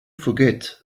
forget